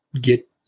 get